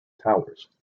towers